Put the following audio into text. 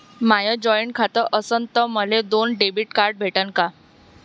माय joint खातं असन तर मले दोन डेबिट कार्ड भेटन का?